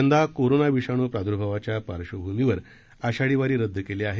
यंदा कोरोना विषाणू प्रादुर्भावाच्या पार्श्वभूमीवर आषाढी वारी रद्द केली आहे